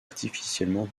artificiellement